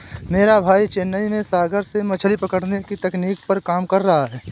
मेरा भाई चेन्नई में सागर से मछली पकड़ने की तकनीक पर काम कर रहा है